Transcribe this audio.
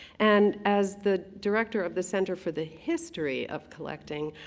and as the director of the center for the history of collecting,